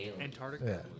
Antarctica